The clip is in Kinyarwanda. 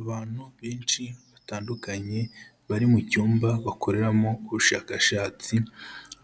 Abantu benshi batandukanye, bari mu cyumba bakoreramo ubushakashatsi,